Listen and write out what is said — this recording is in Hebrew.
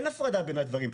אין הפרדה בין הדברים.